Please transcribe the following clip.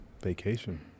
Vacation